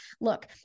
Look